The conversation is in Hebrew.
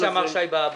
זה מה שאמר שי באב"ד.